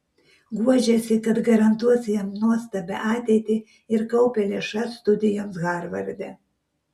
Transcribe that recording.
guodžiasi kad garantuos jam nuostabią ateitį ir kaupia lėšas studijoms harvarde